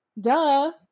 duh